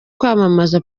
kwamamaza